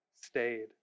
stayed